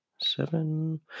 Seven